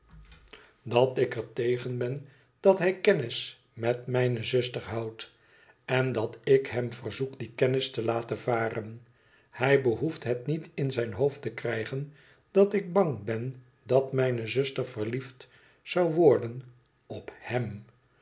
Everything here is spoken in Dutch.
tegen ben dat hij kennis met mijne zuster houdt en dat ik hem verzoek die kennis te laten varen hij behoeft het niet in zijn hoofd te krijgen dat ik bang ben dat mijne zuster verliefd zou worden op he